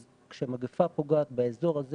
אז כשמגפה פוגעת באזור הזה,